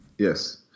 Yes